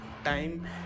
time